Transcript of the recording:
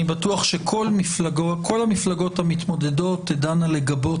אני בטוח שכל המפלגות המתמודדות תדענה לגבות